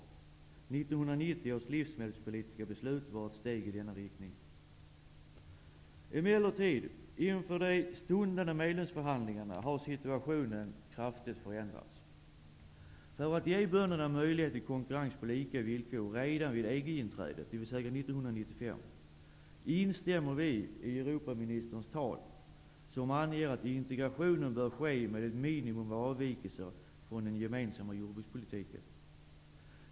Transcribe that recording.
1990 års livsmedelspolitiska beslut var ett steg i denna riktning. Inför de stundande medlemsförhandlingarna har situationen emellertid kraftigt förändrats. För att ge bönderna möjlighet till konkurrens på lika villkor redan vid EG-inträdet, dvs. 1995, instämmer vi i Europaministerns tal som anger att integrationen bör ske med ett minimum av avvikelser från den gemensamma jordbrukspolitiken.